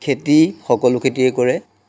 খেতি সকলো খেতিয়ে কৰে